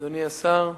אדוני השר,